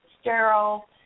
sterile